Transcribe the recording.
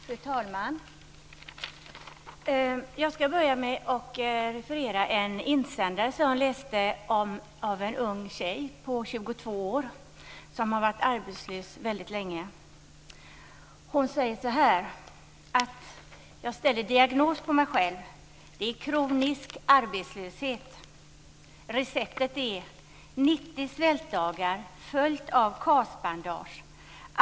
Fru talman! Jag skall börja med att referera till en insändare som jag har läst. Den är skriven av en ung tjej på 22 år som har varit arbetslös väldigt länge. Hon säger: Jag ställer diagnos på mig själv. Det är kronisk arbetslöshet. Receptet är 90 svältdagar, följt av KAS bandage.